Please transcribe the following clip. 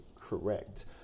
correct